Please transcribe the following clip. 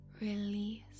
release